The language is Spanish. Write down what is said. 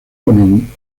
con